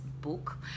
book